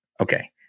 okay